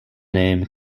name